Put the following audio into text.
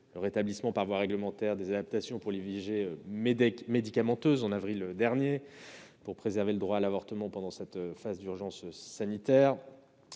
le rétablissement par voie réglementaire des adaptations pour l'IVG médicamenteuse pour préserver le droit à l'avortement pendant cette phase d'urgence sanitaire,